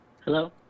Hello